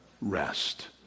Rest